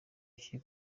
iki